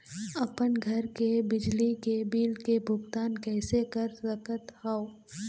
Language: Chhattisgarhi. अपन घर के बिजली के बिल के भुगतान कैसे कर सकत हव?